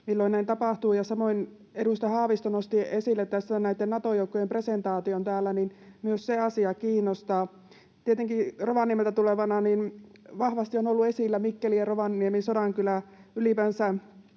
milloin näin tapahtuu. Samoin edustaja Haavisto nosti esille tässä näitten Nato-joukkojen presentaation täällä, niin myös se asia kiinnostaa. Tietenkin Rovaniemeltä tulevana — kun vahvasti on ollut esillä Mikkeli ja Rovaniemi, Sodankylä — ylipäänsä